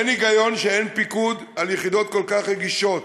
אין היגיון שאין פיקוד על יחידות כל כך רגישות.